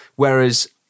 Whereas